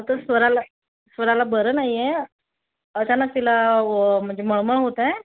तर स्वराला स्वराला बरं नाही आहे अचानक तिला म्हणजे मळमळ होत आहे